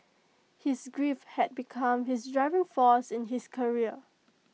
his grief had become his driving force in his career